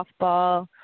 softball